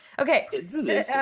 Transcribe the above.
Okay